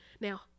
Now